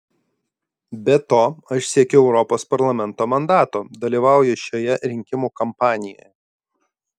be to aš siekiu europos parlamento mandato dalyvauju šioje rinkimų kampanijoje